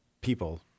people